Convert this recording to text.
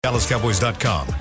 DallasCowboys.com